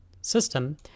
system